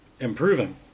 improving